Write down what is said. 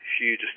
huge